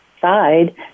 side